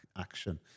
action